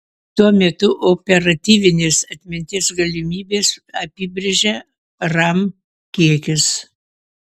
tuo metu operatyvinės atminties galimybes apibrėžia ram kiekis